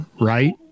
right